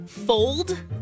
Fold